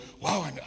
wow